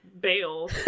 bail